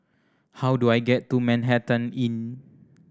how do I get to Manhattan Inn